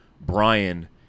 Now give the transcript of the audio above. Brian